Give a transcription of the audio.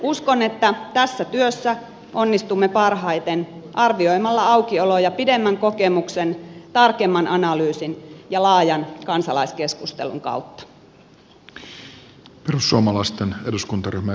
uskon että tässä työssä onnistumme parhaiten arvioimalla aukioloja pidemmän kokemuksen tarkemman analyysin ja laajan kansalaiskeskustelun kautta